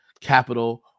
capital